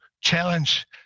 challenge